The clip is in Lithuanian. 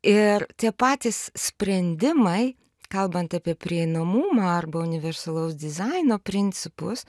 ir tie patys sprendimai kalbant apie prieinamumą arba universalaus dizaino principus